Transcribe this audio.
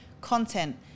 content